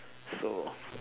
so